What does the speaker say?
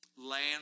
Land